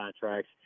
contracts